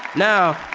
now,